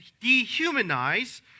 dehumanize